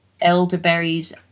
elderberries